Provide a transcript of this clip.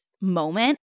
moment